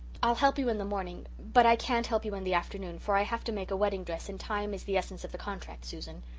i'll help you in the morning. but i can't help you in the afternoon for i have to make a wedding-dress and time is the essence of the contract, susan.